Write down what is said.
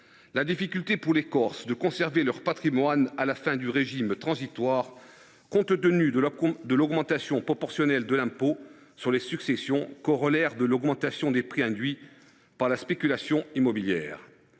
la difficulté qu’auront les Corses à conserver leur patrimoine à la fin du régime transitoire, compte tenu de l’augmentation proportionnelle de l’impôt sur les successions, corollaire de l’augmentation des prix induite par la spéculation immobilière.